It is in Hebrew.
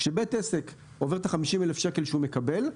כשבית עסק עובר את ה-50,000 שקל שהוא מקבל,